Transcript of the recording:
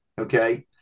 okay